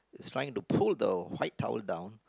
it's trying to pull the white towel down